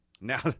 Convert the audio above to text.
Now